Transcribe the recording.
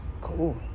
cool